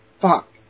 fuck